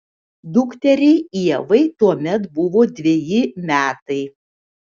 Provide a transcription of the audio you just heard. dukteriai ievai tuomet buvo dveji metai